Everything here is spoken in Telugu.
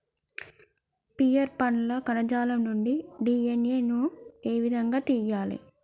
పియర్ పండ్ల కణజాలం నుండి డి.ఎన్.ఎ ను ఏ విధంగా తియ్యాలి?